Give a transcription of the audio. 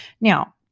Now